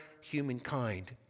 humankind